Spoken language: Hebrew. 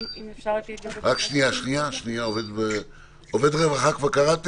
בראש עמוד 5. מה עם לוויה של קרוב משפחה מדרגה ראשונה?